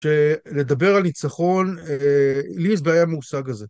כשנדבר על ניצחון, לי יש בעיה עם המושג הזה.